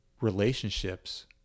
relationships